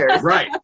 Right